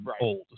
old